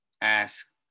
ask